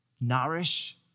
nourish